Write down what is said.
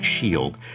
shield